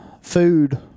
food